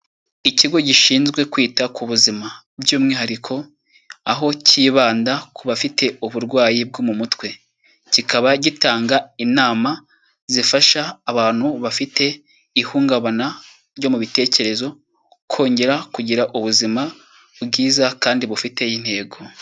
Ikigo gishinzwe kwita ku buzima, by'umwihariko aho cyibanda ku bafite uburwayi bwo mu mutwe. Kikaba gitanga inama zifasha abantu bafite ihungabana ryo mu bitekerezo kongera kugira ubuzima bwiza kandi bufite intego.